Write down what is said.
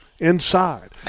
Inside